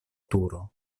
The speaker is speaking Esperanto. turo